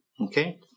Okay